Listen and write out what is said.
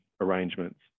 arrangements